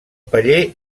paller